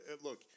Look